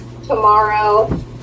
tomorrow